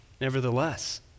Nevertheless